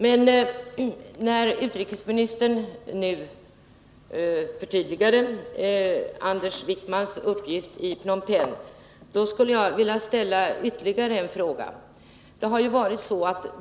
Men eftersom utrikesministern nu förtydligade Anders Wijkmans uppgift i Phnom Penh, skulle jag vilja ställa ytterligare en fråga.